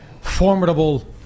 formidable